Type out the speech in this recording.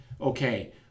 Okay